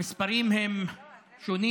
המספרים הם שונים,